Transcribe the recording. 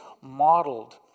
modeled